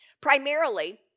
primarily